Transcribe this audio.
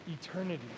eternity